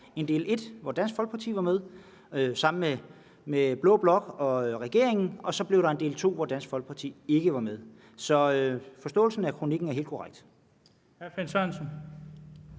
en del 1, hvor Dansk Folkeparti var med sammen med blå blok og regeringen, og så blev der en del 2, hvor Dansk Folkeparti ikke var med. Så forståelsen af kronikken er helt korrekt. Kl. 13:09 Den